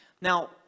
Now